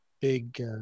big